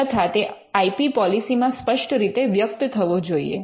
તથા તે I P policy મા સ્પષ્ટ રીતે વ્યક્ત થવો જોઈએ